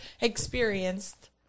experienced